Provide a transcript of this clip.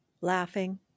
laughing